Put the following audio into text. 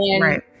Right